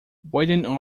william